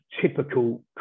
typical